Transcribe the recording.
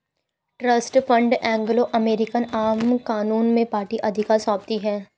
trust fund Anglo American आम कानून में पार्टी अधिकार सौंपती है